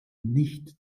nicht